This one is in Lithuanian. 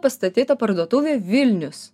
pastatyta parduotuvė vilnius